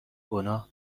گناه